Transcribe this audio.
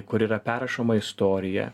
kur yra perrašoma istorija